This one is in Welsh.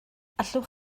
allwch